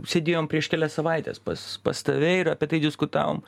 sėdėjom prieš kelias savaites pas pas tave ir apie tai diskutavom